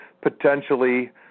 potentially